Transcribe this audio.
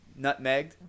nutmegged